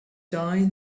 die